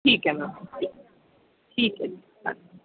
ਠੀਕ ਹੈ ਮੈਮ ਠੀਕ ਹੈ ਜੀ